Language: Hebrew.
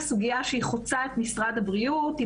שחוצה את משרד הבריאות.